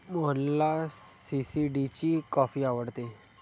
मोहनला सी.सी.डी ची कॉफी आवडते